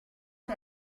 che